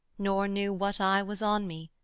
nor knew what eye was on me,